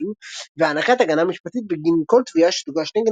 פולנים – והענקת הגנה משפטית בגין כל תביעה שתוגש נגד